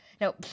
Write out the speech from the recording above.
No